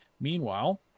Meanwhile